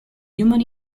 human